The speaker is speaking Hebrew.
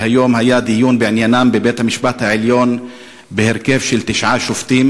שהיום היה דיון בעניינם בבית-המשפט העליון בהרכב של תשעה שופטים,